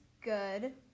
good